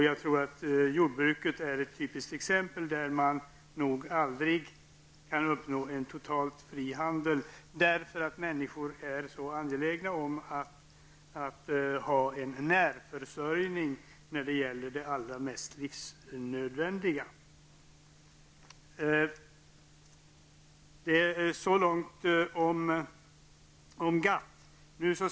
Jag tror att jordbruket är ett typiskt exempel där man nog aldrig kan uppnå en totalt fri handel därför att människor är så angelägna om att ha en närförsörjning när det gäller det allra livsnödvändigaste. Så långt om GATT.